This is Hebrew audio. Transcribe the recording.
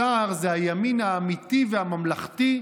סער זה הימין האמיתי והממלכתי,